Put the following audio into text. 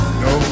no